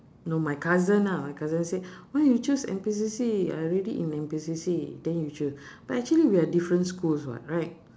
no my cousin ah my cousin said why you chose N_P_C_C I already in N_P_C_C then you choo~ but actually we're different schools [what] right